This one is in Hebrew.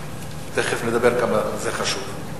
תיכף נדבר כמה זה חשוב.